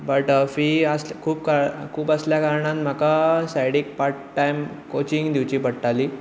but fee खूब आसल्या खूब आसल्या कारणान म्हाका सायडीक पार्ट टायम कोचींग दिवची पडटाली